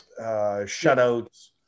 shutouts